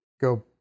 go